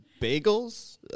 Bagels